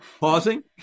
pausing